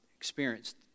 experienced